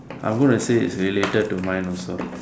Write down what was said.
I'm gonna say it's related to mine also